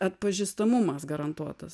atpažįstamumas garantuotas